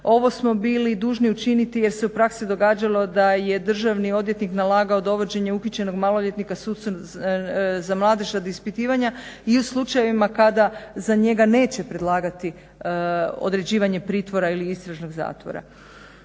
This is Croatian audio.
Ovo smo bili dužni učiniti jer se u praksi događalo da je državni odvjetnik nalagao dovođenje uhićenog maloljetnika sucu za mladež radi ispitivanja i u slučajevima kada za njega neće predlagati određivanje pritvora ili istražnog zakona.